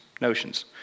notions